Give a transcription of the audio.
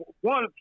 one